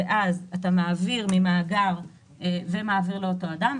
ואז מעבירים ממאגר לאותו אדם,